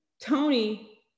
Tony